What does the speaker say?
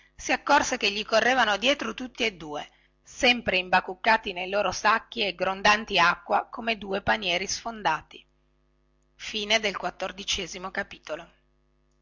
si accòrse che gli correvano dietro tutti e due sempre imbacuccati nei loro sacchi e grondanti acqua come due panieri sfondati